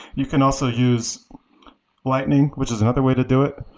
you can also use lightning, which is another way to do it.